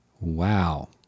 Wow